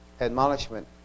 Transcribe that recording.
admonishment